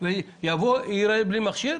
ומי שיימצא בלי מכשיר